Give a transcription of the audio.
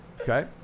Okay